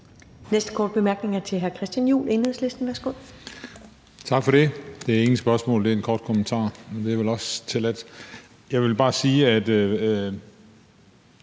næste korte bemærkning er fra hr. Christian Juhl, Enhedslisten. Værsgo. Kl. 21:21 Christian Juhl (EL): Tak for det. Det er ikke noget spørgsmål, men en kort kommentar. Det er vel også tilladt. Jeg vil bare sige, at